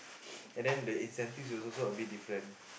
and then the incentives is also a bit different